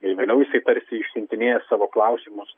ir vėliau jisai tarsi išsiuntinėjo savo klausimus